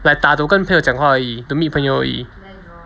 like 打 to 都跟朋友讲话而已 to meet 朋友而已